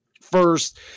first